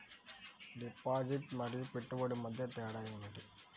Deposit మరియు పెట్టుబడి మధ్య తేడా ఏమిటి?